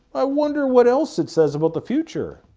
i wonder what else it says about the future?